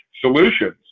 solutions